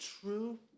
true